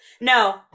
no